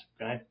okay